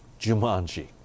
Jumanji